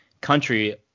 country